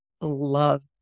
love